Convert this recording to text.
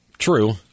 True